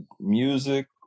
music